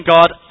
God